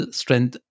strength